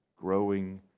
growing